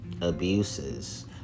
abuses